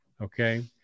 Okay